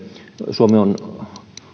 suomi on